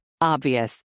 Obvious